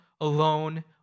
alone